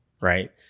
right